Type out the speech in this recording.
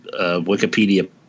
Wikipedia